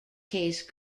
case